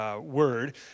word